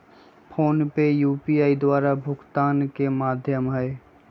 PhonePe UPI द्वारा भुगतान के माध्यम हइ